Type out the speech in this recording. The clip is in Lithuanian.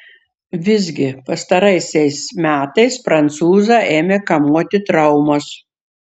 visgi pastaraisiais metais prancūzą ėmė kamuoti traumos